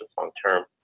long-term